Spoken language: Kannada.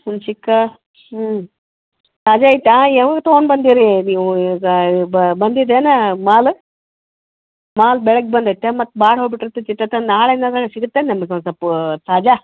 ಹುಂಚಿಕ್ಕಾ ಹ್ಞೂ ತಾಜಾ ಐತಾ ಯಾವಾಗ ತಗೊಂಬಂದೀರಿ ನೀವು ಈಗ ಬಂದಿದೇಯಾ ಮಾಲು ಮಾಲು ಬೆಳಗ್ಗೆ ಬಂದೈತ ಮತ್ತು ಬಾಡಿ ಹೋಗಿಬಿಟ್ಟಿರ್ತೈತಿ ಇಷ್ಟೊತ್ತನಕ ನಾಳೆನಾದ್ರು ಸಿಗುತ್ತೇನು ನಮ್ಗೆ ಒಂದು ಸ್ವಲ್ಪ ತಾಜಾ